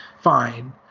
fine